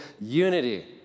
unity